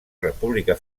república